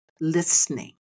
listening